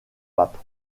pape